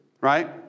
right